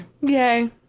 Yay